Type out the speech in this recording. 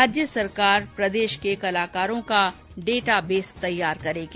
राज्य सरकार प्रदेश के कलाकारों का डेटा बेस तैयार करेगी